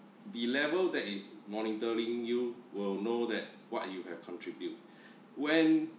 the level that is monitoring you will know that what you have contribute when